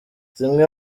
zimwe